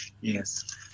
Yes